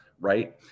right